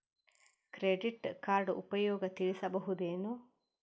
Credit card ಉಪಯೋಗ ತಿಳಸಬಹುದೇನು?